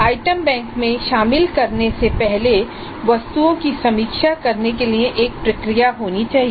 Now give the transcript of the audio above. item bank में शामिल करने से पहले वस्तुओं की समीक्षा करने के लिए एक प्रक्रिया होनी चाहिए